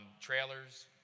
trailers